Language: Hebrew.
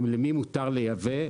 למי מותר לייבא,